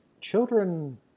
children